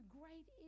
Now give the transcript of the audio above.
great